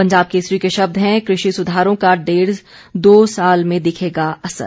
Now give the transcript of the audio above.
पंजाब केसरी के शब्द हैं कृषि सुधारो का डेढ़ दो साल में दिखेगा असर